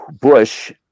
Bush